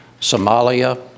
Somalia